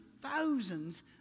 thousands